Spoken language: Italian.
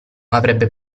avrebbe